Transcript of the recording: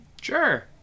Sure